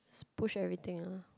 push everything ah